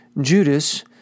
Judas